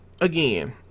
again